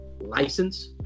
License